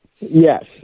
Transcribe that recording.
Yes